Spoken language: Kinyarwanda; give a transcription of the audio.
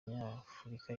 abanyafurika